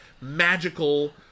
magical